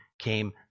came